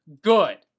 good